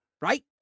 right